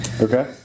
Okay